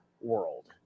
world